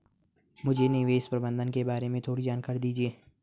मुझे निवेश प्रबंधन के बारे में थोड़ी जानकारी दीजिए